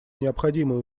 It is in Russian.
необходимое